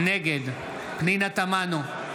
נגד פנינה תמנו,